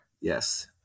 Yes